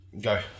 Go